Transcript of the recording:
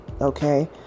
Okay